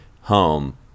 home